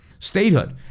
Statehood